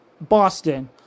Boston